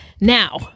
Now